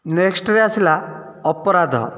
ନେକ୍ସ୍ଟରେ ଆସିଲା ଅପରାଧ